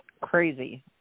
crazy